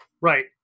Right